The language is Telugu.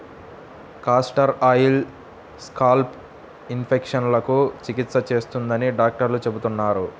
కాస్టర్ ఆయిల్ స్కాల్ప్ ఇన్ఫెక్షన్లకు చికిత్స చేస్తుందని డాక్టర్లు చెబుతున్నారు